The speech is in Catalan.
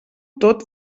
tot